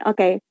Okay